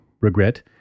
regret